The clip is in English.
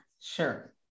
Sure